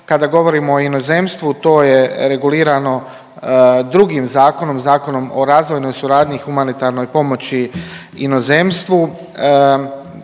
kada gledamo o inozemstvu to je regulirano drugim zakonom, Zakonom o razvojnoj suradnji i humanitarnoj pomoći inozemstvu.